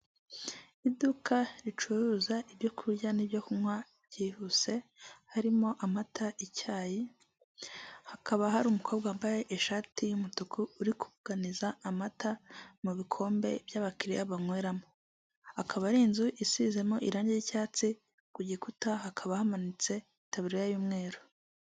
Iduka ricuruza ibyo kurya n'ibyo kunywa byihuse harimo amata icyayi, hakaba hari umukobwa wambaye ishati y'umutuku uri kuganiza amata mu bikombe by'abakiriya banyweramo, akaba ari inzu isizemo irangi ry'icyatsi ku gikuta hakaba hamanitse itaburiya y'umweru.